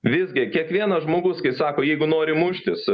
visgi kiekvienas žmogus kai sako jeigu nori muštis